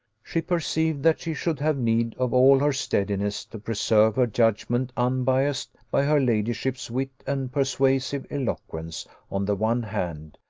she perceived that she should have need of all her steadiness to preserve her judgment unbiassed by her ladyship's wit and persuasive eloquence on the one hand,